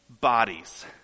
bodies